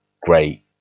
great